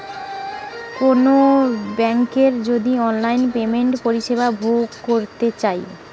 কোনো বেংকের যদি অনলাইন পেমেন্টের পরিষেবা ভোগ করতে চাই